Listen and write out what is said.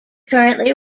currently